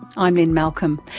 i'm lynne malcolm,